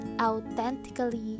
authentically